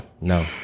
no